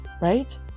Right